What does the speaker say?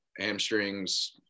hamstrings